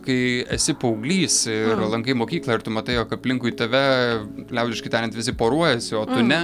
kai esi paauglys ir lankai mokyklą ir tu matai jog aplinkui tave liaudiškai tariant visi poruojasi o tu ne